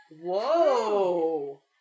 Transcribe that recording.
Whoa